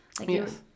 Yes